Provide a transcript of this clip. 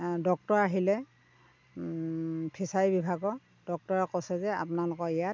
doctor আহিলে fishery বিভাগৰ ডক্তৰে কৈছে যে আপোনালোকৰ ইয়াত